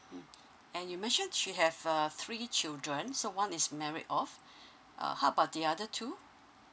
mm and you make sure she have uh three children so one is married of uh how about the other two